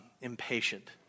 impatient